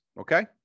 okay